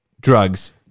drugs